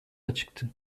açıktı